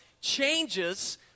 changes